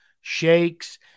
shakes